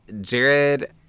Jared